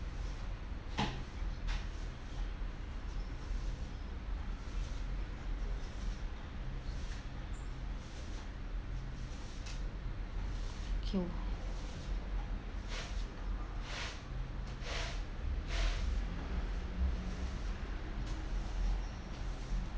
oh